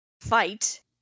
fight